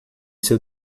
seu